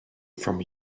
from